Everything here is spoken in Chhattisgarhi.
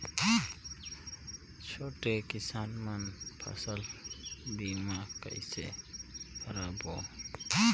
छोटे किसान मन फसल बीमा कइसे कराबो?